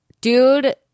dude